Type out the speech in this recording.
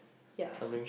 ya